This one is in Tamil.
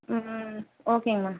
ஓகேங்க மேம்